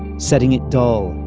setting it dull,